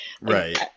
Right